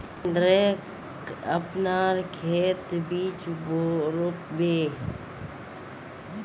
नरेंद्रक अपनार खेतत बीज रोप बे